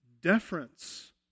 deference